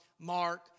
Mark